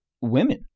women